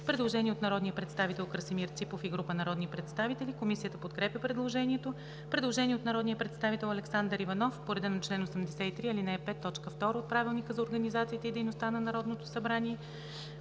Предложение от народния представител Красимир Ципов и група народни представители. Комисията подкрепя предложението. Предложение от народния представител Александър Иванов по реда на чл. 83, ал. 5, т. 2 от Правилника за организацията и дейността на Народното събрание.